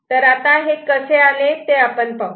तर आता हे कसे आले ते पाहू